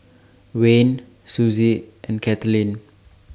Wayne Suzy and Kathaleen